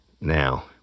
Now